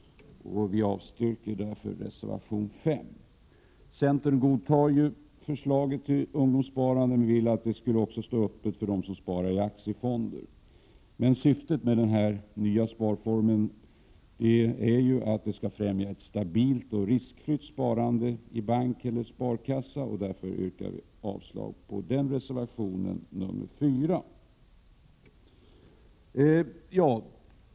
Jag yrkar därför avslag på reservation 4. och sparstimulerande åtgärder Centern godtar förslaget till ungdomsbosparande men vill att sparformen skall stå öppen även för den som vill spara i aktiefonder. Men syftet med denna sparform är just att det skall vara ett stabilt och riskfritt sparande i bank eller sparkassa. Jag yrkar avslag på reservation 5.